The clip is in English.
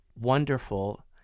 wonderful